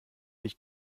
dich